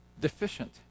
deficient